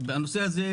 בנושא הזה,